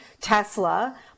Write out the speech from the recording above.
Tesla